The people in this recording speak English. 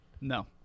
No